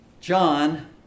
John